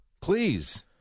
Please